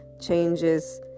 changes